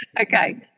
Okay